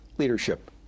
leadership